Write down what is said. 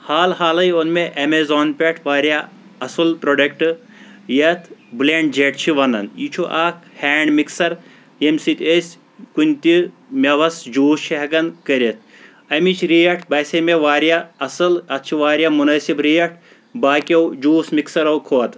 حال حالے اوٚن مےٚ ایٚمیزان پٮ۪ٹھ واریاہ اَصٕل پروڈَکٹ یَتھ بٕلینڈ جیٚٹ چھِ وَنان یہِ چھُ اکھ ہیٚنٛڈ مَکسر ییٚمہِ سۭتۍ أسۍ کُنہِ تہِ میوَس جوٗس چھِ ہیٚکان کٔڑتھ اَمِچ ریٹ باسے مےٚ واریاہ اَصٕل اَتھ چھ واریاہ منٲسِب ریٹ باقیو جوٗس مَکسرو کھۄتہٕ